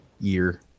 year